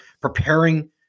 preparing